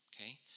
Okay